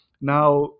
now